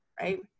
Right